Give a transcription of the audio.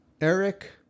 Eric